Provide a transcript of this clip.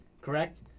Correct